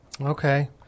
Okay